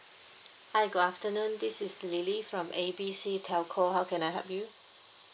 hi good afternoon this is lily from A B C telco how can I help you